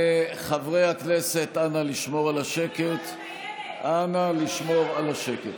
חברי הכנסת, אנא, לשמור על השקט.